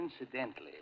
Incidentally